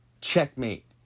Checkmate